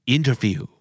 Interview